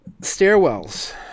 Stairwells